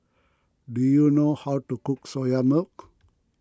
do you know how to cook Soya Milk